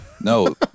No